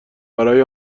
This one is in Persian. برای